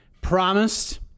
promised